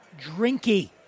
drinky